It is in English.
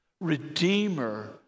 Redeemer